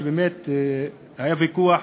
כי באמת היה ויכוח